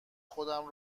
خودمو